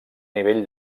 nivell